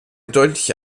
deutliche